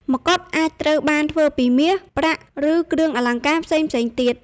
មកុដ អាចត្រូវបានធ្វើពីមាស ប្រាក់ ឬគ្រឿងអលង្ការផ្សេងៗទៀត។